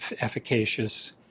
efficacious